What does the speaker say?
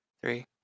three